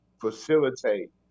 facilitate